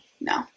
No